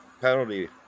penalty